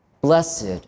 Blessed